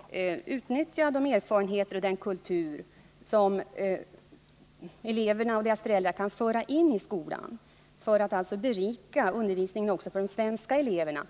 Man bör utnyttja de erfarenheter och den kultur som eleverna och deras föräldrar kan föra in i skolan för att berika undervisningen också för de svenska eleverna.